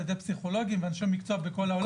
ידי פסיכולוגים ואנשי מקצוע בכל העולם,